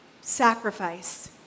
sacrifice